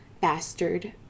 bastard